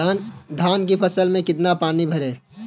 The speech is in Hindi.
धान की फसल में कितना पानी भरें?